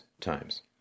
times